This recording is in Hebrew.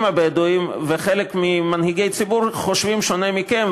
הבדואים וחלק ממנהיגי הציבור חושבים שונה מכם,